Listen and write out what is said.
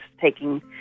taking